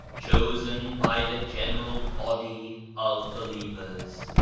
chosen by the general body of believers.